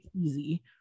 easy